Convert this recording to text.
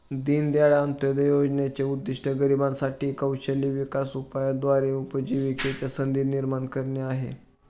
दीनदयाळ अंत्योदय योजनेचे उद्दिष्ट गरिबांसाठी साठी कौशल्य विकास उपायाद्वारे उपजीविकेच्या संधी निर्माण करणे आहे